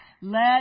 let